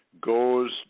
goes